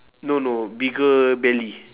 no no bigger belly